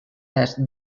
est